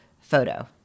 photo